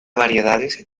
variedades